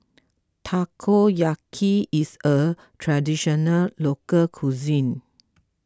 Takoyaki is a Traditional Local Cuisine